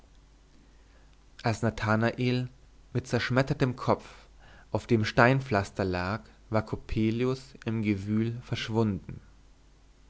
als nathanael mit zerschmettertem kopf auf dem steinpflaster lag war coppelius im gewühl verschwunden